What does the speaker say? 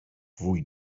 fwy